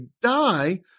die